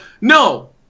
no